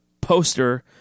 poster